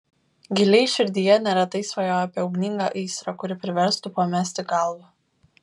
giliai širdyje neretai svajoja apie ugningą aistrą kuri priverstų pamesti galvą